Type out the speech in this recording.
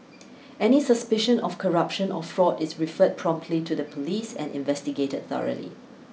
any suspicion of corruption or fraud is referred promptly to the police and investigated thoroughly